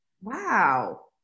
Wow